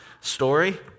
story